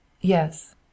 Yes